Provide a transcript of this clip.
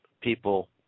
people